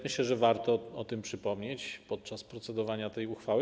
Myślę, że warto o tym przypomnieć podczas procedowania tej uchwały.